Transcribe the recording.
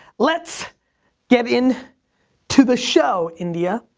let's get in to the show, india.